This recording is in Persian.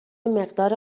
مقدار